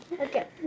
Okay